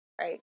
right